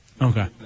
Okay